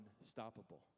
unstoppable